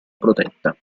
protetta